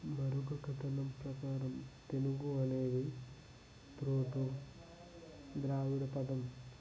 మరొక కథనం ప్రకారం తెలుగు అనేది పురాతనం ద్రావిడ పదం